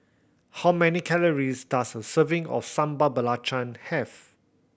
how many calories does a serving of Sambal Belacan have